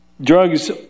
drugs